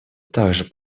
также